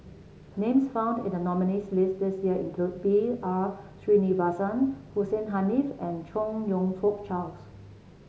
names found in the nominees' list this year include B R Sreenivasan Hussein Haniff and Chong You Fook Charles